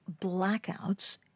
blackouts